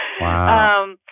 Wow